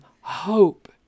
hope